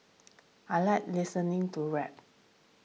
I like listening to rap